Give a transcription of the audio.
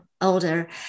older